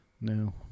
No